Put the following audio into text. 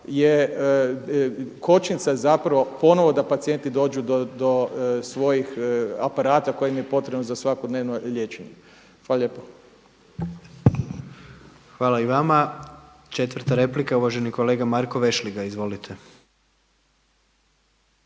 kočnica zapravo ponovno da pacijenti dođu do svojih aparata koje im je potrebno za svakodnevno liječenje. Hvala lijepo. **Jandroković, Gordan (HDZ)** Hvala i vama. 4. replika je uvaženi kolega Marko Vešligaj. Izvolite.